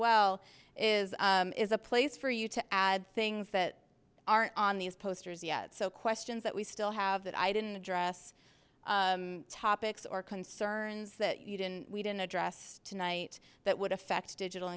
well is is a place for you to add things that are on these posters yet so questions that we still have that i didn't address topics or concerns that you didn't we didn't address tonight that would affect digital